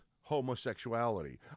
homosexuality